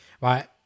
Right